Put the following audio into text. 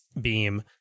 beam